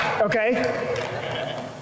okay